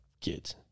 kids